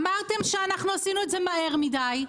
אמרתם שעשינו את זה מהר מידי,